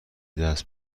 دست